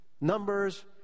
numbers